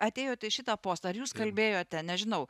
atėjot į šitą postą ar jūs kalbėjote nežinau